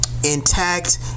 intact